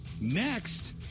next